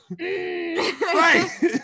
right